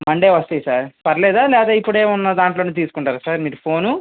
Monday వస్తాయి sir పర్వాలేదా ఇప్పుడు ఏమైనా ఉన్న దాంట్లోనే తీసుకుంటారా సార్ మీరు ఫోన్